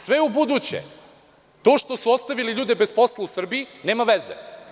Sve ubuduće, to što su ostavili ljude bez posla u Srbiji, nema veze.